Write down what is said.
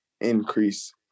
increase